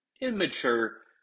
immature